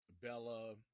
Bella